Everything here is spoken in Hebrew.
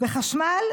וחשמל,